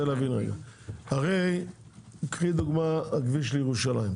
הרי למשל, הכביש לירושלים.